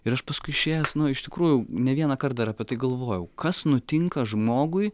ir aš paskui išėjęs nu iš tikrųjų ne vieną kart dar apie tai galvojau kas nutinka žmogui